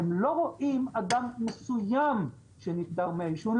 לא רואים אדם מסוים שנפטר מהעישון,